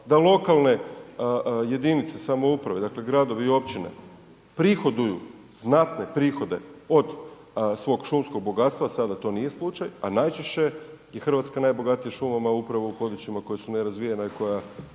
da lokalne jedinice samouprave, dakle gradovi i općine prihoduju znatne prihode od svog šumskog bogatstva a sada to nije slučaj a najčešće je Hrvatska najbogatija šumama upravo u područjima koja su nerazvijena i koja